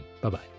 Bye-bye